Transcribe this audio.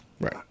Right